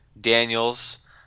Daniels